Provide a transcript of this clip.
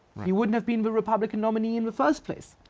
he wouldn't have been the republican nominee in the first place.